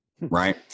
right